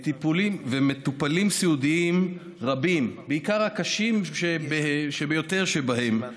ומטופלים סיעודיים רבים, בעיקר הקשים ביותר שבהם,